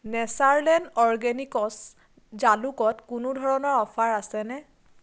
Natureland organics জালুকত কোনো ধৰণৰ অ'ফাৰ আছেনে